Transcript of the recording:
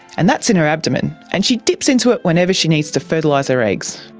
and that's in her abdomen, and she dips into it whenever she needs to fertilise her eggs.